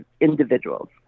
individuals